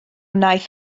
wnaeth